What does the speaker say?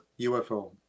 UFO